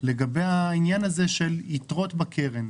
לגבי היתרות בקרן.